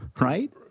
right